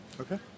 okay